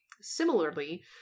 Similarly